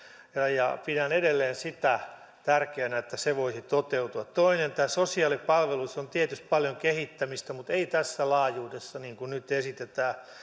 ja pidän edelleen tärkeänä että se voisi toteutua toinen sosiaalipalveluissa on tietysti paljon kehittämistä mutta ei tässä laajuudessa kuin nyt esitetään ja